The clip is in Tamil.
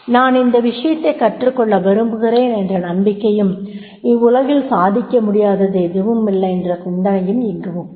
நான் இந்த விஷயத்தை கற்றுக்கொள்ள விரும்புகிறேன் என்ற நம்பிக்கையும் இவ்வுலகில் சாதிக்க முடியாதது எதுவுமில்லை என்ற சிந்தனையும் இங்கு முக்கியம்